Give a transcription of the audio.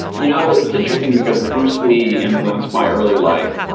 you know it's interesting because bruce lee influenced my early life,